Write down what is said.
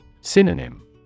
Synonym